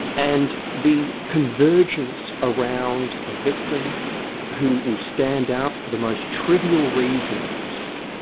and the convergence around a victim who will stand out for the most trivial reasons,